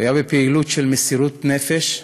הוא היה בפעילות של מסירות נפש.